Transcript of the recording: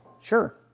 Sure